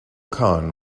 khan